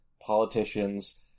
politicians